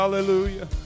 Hallelujah